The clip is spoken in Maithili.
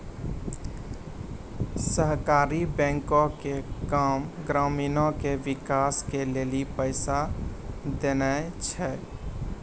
सहकारी बैंको के काम ग्रामीणो के विकास के लेली पैसा देनाय छै